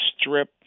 strip